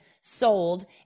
sold